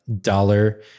dollar